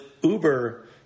Uber